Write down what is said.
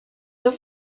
das